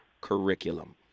curriculum